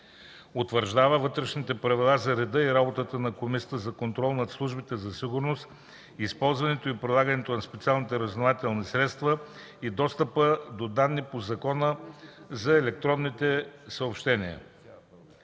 Утвърждава Вътрешните правила за реда и работата на Комисията за контрол над службите за сигурност, използването и прилагането на специални разузнавателни средства и достъпа до данните по Закона за електронните съобщения.“